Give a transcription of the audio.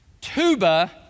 Tuba